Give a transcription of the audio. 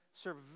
serve